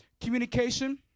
Communication